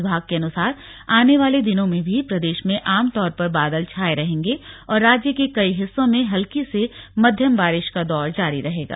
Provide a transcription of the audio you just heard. विभाग के अनुसार आने वाले दिनों में भी प्रदेश में आमतौर पर बादल छाए रहेंगें और राज्य के कई हिस्सों में हल्की से मध्यम बारिश का दौर जारी रहेगा